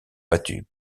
battu